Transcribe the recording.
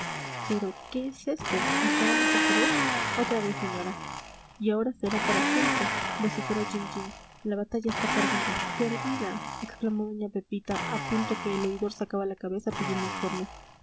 pero qué es esto nos paramos otra vez otra vez señora y ahora será para siempre vociferó jean jean la batalla está perdida perdida exclamó doña pepita a punto que el oidor sacaba la cabeza pidiendo informes